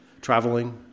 Traveling